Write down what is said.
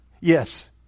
Yes